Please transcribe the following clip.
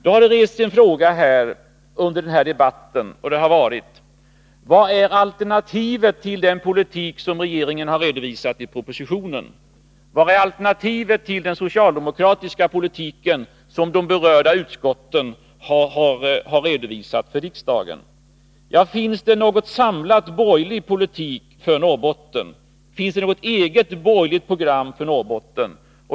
Under debatten har en fråga ställts, nämligen: Vad är alternativet till den politik som regeringen har redovisat i propositionen? Vad är alternativet till den socialdemokratiska politik som de berörda utskotten har redovisat för riksdagen? Finns det någon samlad borgerlig politik för Norrbotten? Finns det något eget borgerligt program för Norrbotten?